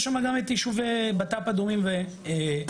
יש שם גם את יישובי בט"פ אדומים ועוטף